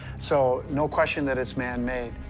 so no question that it's man-made.